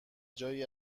جایی